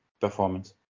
performance